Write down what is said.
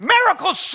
Miracles